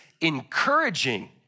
encouraging